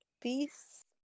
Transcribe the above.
peace